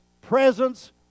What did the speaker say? presence